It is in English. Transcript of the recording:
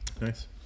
Nice